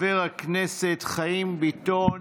חבר הכנסת חיים ביטון,